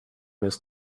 this